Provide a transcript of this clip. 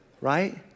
right